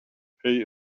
pay